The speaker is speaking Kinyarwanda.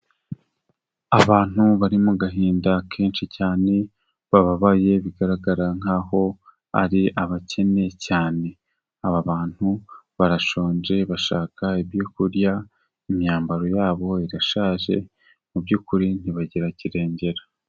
Abantu bari mu gahinda kenshi cyane, bababaye bigaragara nk'aho ari abakene cyane. Aba bantu barashonje bashaka ibyo kurya, imyambaro yabo irashaje, muby'ukuri ntibagira kirengera.